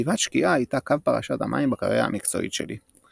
"כתיבת 'שקיעה' הייתה קו פרשת המים בקריירה המקצועית שלי.